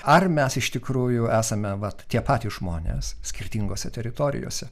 ar mes iš tikrųjų esame vat tie patys žmonės skirtingose teritorijose